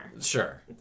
Sure